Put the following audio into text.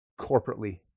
corporately